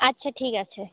আচ্ছা ঠিক আছে